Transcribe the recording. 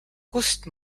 kust